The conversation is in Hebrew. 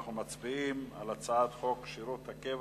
אנחנו מצביעים על הצעת חוק שירות הקבע